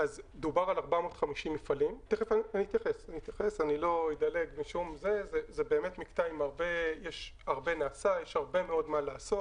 דובר על 450 מפעלים ואני אתייחס וזה באמת מקטע עם הרבה מאוד מה לעשות,